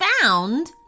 found